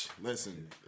Listen